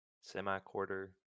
semi-quarter